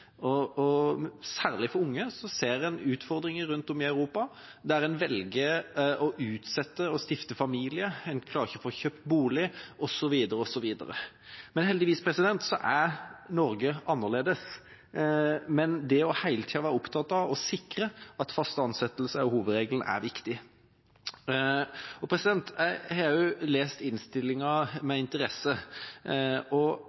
Særlig for unge ser en utfordringer rundt om i Europa, der en velger å utsette å stifte familie, en klarer ikke å få kjøpt bolig, osv. Heldigvis er Norge annerledes, men hele tida å være opptatt av å sikre at faste ansettelser er hovedregelen, er viktig. Jeg har også lest innstillinga med